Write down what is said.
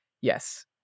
Yes